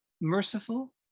merciful